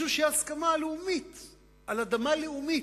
משום שזו הסכמה לאומית על אדמה לאומית,